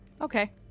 Okay